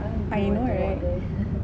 I know right